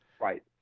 Right